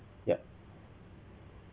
yup